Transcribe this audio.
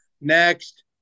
Next